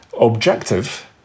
objective